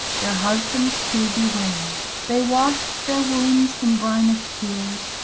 their husbands to bewayle they washt their wounds in brinish teares,